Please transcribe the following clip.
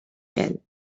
fell